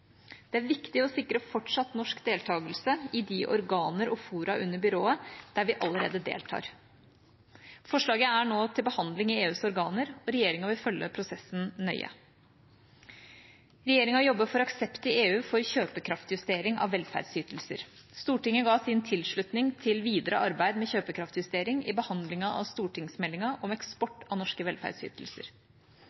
Det er viktig å sikre fortsatt norsk deltakelse i de organer og fora under byrået der vi allerede deltar. Forslaget er nå til behandling i EUs organer, og regjeringa vil følge prosessen nøye. Regjeringa jobber for aksept i EU for kjøpekraftjustering av velferdsytelser. Stortinget ga sin tilslutning til videre arbeid med kjøpekraftjustering i behandlingen av stortingsmeldinga om